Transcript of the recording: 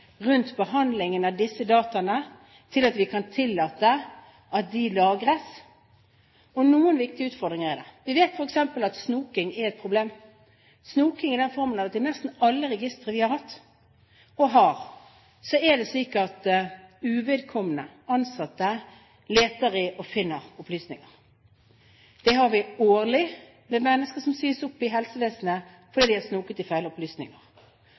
rundt behandlingen av disse dataene til at vi kan tillate at de lagres. Noen viktige utfordringer er det. Vi vet f.eks. at snoking er et problem – snoking i den form at i nesten alle registre vi har hatt og har, er det uvedkommende ansatte som leter i og finner opplysninger. Det hender årlig at mennesker sies opp i helsevesenet fordi de har snoket i opplysninger.